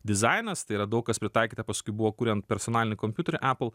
dizainas tai yra daug kas pritaikyta paskui buvo kuriant personalinį kompiuterį apple